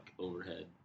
overhead